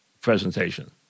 presentation